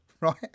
right